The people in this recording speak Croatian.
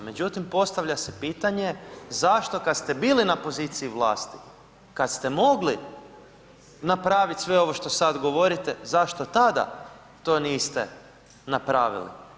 Međutim, postavlja se pitanje zašto kad ste bili na poziciji vlasti, kad ste mogli napravit sve ovo što sad govorite zašto tada to niste napravili?